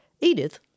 Edith